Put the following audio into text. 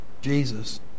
Jesus